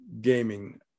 gaming